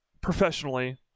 professionally